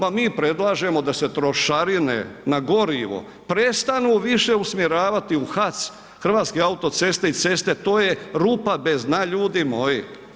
Ma mi predlažemo da se trošarine na gorivo prestanu više usmjeravati u HAC, Hrvatske autoceste i ceste, to je rupa bez dna, ljudi moji.